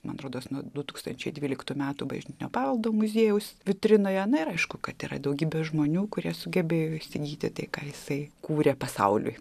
man atrodos nuo du tūkstančiai dvyliktųjų metų bažnytinio paveldo muziejaus vitrinoje na ir aišku kad yra daugybė žmonių kurie sugebėjo įsigyti tai ką jisai kūrė pasauliui